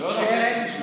אין זמן.